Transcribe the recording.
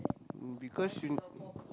mm because you